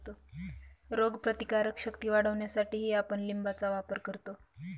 रोगप्रतिकारक शक्ती वाढवण्यासाठीही आपण लिंबाचा वापर करतो